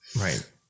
Right